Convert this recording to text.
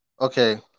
Okay